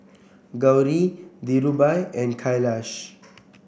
Gauri Dhirubhai and Kailash